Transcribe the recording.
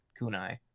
kunai